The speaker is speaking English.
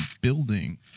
building